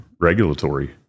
regulatory